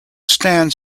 stands